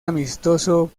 amistoso